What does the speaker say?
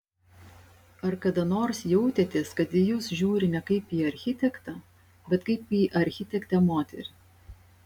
ar kada nors jautėtės kad į jūs žiūri ne kaip į architektą bet kaip į architektę moterį